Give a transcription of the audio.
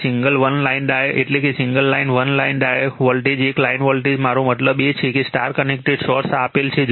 તે single one line એટલે single line one line voltage એક લાઇન વોલ્ટેજ મારો મતલબ એક છે સ્ટાર કનેક્ટેડ સોર્સ આ આપેલ છે